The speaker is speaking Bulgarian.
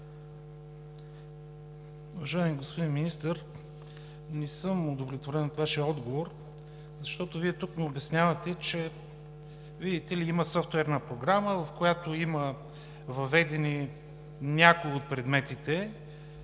Уважаеми господин Министър, не съм удовлетворен от Вашия отговор, защото Вие тук ми обяснявате, че, видите ли, има софтуерна програма, в която има въведени някои от предметите